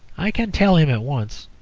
i can tell him at once.